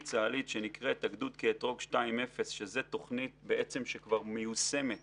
צה"לית שנקראת "הגדוד כאתרוג 2.0". זו תוכנית שכבר מיושמת